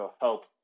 help